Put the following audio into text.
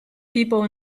people